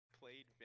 played